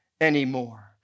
anymore